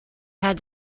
had